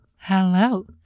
Hello